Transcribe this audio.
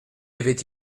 avaient